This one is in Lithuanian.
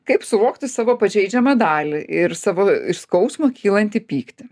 kaip suvokti savo pažeidžiamą dalį ir savo iš skausmo kylantį pyktį